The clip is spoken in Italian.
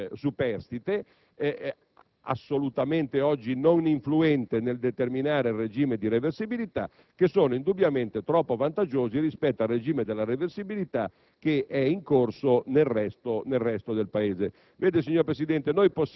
penso per esempio all'assoluta indifferenza del reddito del soggetto superstite, assolutamente oggi non influente nel determinare il regime di reversibilità - indubbiamente troppo vantaggiosi rispetto al regime della reversibilità